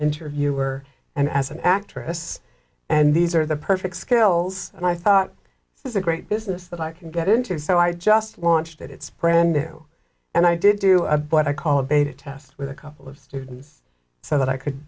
interviewer and as an actress and these are the perfect skills and i thought this is a great business that i can get into so i just launched its brand new and i did do a but i called beta test with a couple of students so that i could